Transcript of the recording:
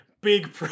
big